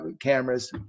cameras